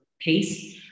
pace